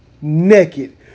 naked